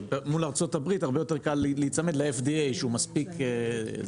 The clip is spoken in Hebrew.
אז מול ארצות הברית הרבה יותר קל להיצמד ל-FDA שהוא מספיק זה.